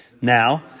Now